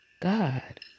God